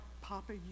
Papa